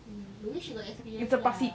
ya maybe she got experience ya